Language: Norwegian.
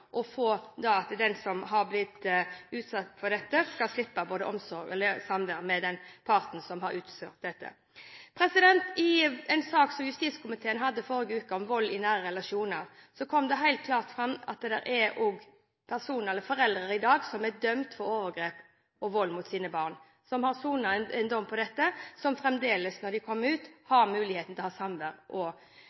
at den som har blitt utsatt for dette, skal slippe både omsorg av og samvær med den parten som har utført dette. I en sak som justiskomiteen hadde i forrige uke om vold i nære relasjoner, kom det helt klart fram at det også er personer eller foreldre i dag som er dømt for overgrep og vold mot sine barn, som har sonet en dom for dette, og som, når de kommer ut, fremdeles har muligheten til å ha